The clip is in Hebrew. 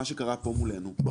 מה שקרה פה מולנו,